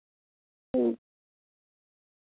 ठीक